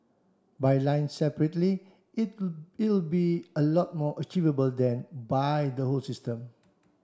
by line separately it it'll be a lot more achievable than by the whole system